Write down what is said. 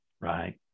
right